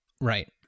right